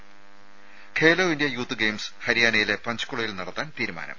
ത Khelo India youth games ഹരിയാനയിലെ പഞ്ച്കുളയിൽ നടത്താൻ തീരുമാനം